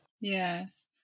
Yes